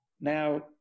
Now